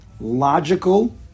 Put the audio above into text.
logical